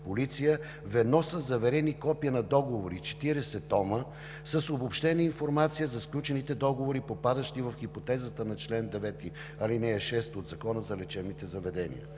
полиция“, ведно със заверени копия на договори – 40 тома, с обобщена информация за сключените договори, попадащи в хипотезата на чл. 9, ал. 6 от Закона за лечебните заведения.